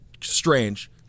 strange